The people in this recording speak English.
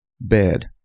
bed